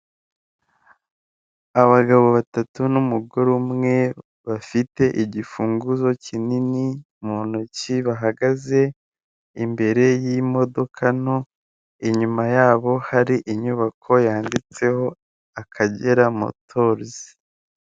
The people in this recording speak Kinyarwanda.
Ishusho igaragaza ibiro biberamo, ibiro biberamo ihererekanya, ibiro birafunguye imbere yabyo hari umuntu usa nuri gusohokamo biseze amabara y'icyapa cyerekana kiri mu mabara y'umuhondo.